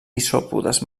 isòpodes